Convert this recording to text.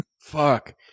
Fuck